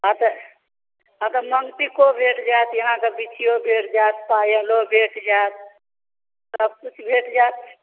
हँ तऽ हँ माँगटीको भेट जायत अहाँ एतऽ बिछिओ भेट जायत पायलो भेट जायत सब किछु भेट जाएत